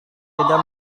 tidak